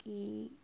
কী